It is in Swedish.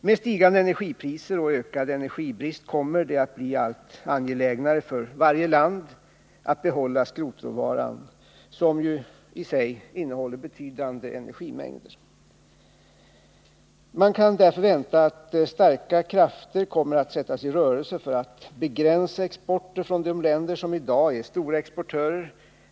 Med stigande energipriser och ökad energibrist kommer det att bli allt angelägnare för alla länder att behålla skrotråvaran, som ju i sig innehåller betydande energimängder. Man kan därför vänta sig att starka krafter kommer att sättas i rörelse för att begränsa exporten från de länder som i dag är stora exportörer.